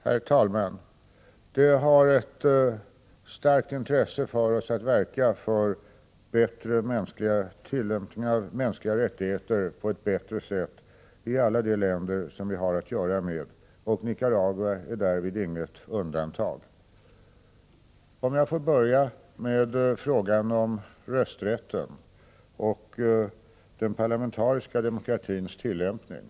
Herr talman! Det är ett starkt intresse för oss att vi skall verka för en tillämpning av de mänskliga rättigheterna på ett bättre sätt i alla de länder som vi har att göra med. Nicaragua är därvid inget undantag. Jag vill börja med frågan om rösträtten och den parlamentariska demokratins tillämpning.